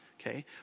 okay